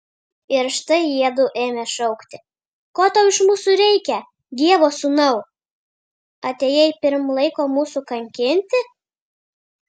ir štai jiedu ėmė šaukti ko tau iš mūsų reikia dievo sūnau atėjai pirm laiko mūsų kankinti